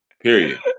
period